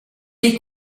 est